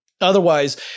Otherwise